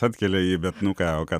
atkelia jį bet nu ką o ką